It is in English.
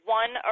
one